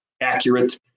accurate